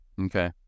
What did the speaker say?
Okay